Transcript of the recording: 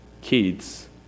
kids